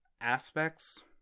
aspects